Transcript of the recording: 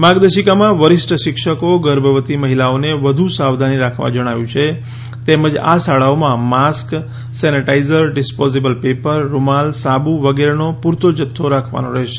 માર્ગદર્શિકામાં વરિષ્ઠ શિક્ષકો ગર્ભવતી મહિલાઓને વધુ સાવધાની રાખવા જણાવાયું છે તેમજ આ શાળાઓમાં માસ્ક સેનેટાઇઝર ડિસ્પોઝેબલ પેપર રૂમાલ સાબુ વગેરેનો પૂરતો જથ્થો રાખવાનો રહેશે